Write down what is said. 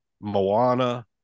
Moana